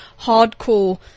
hardcore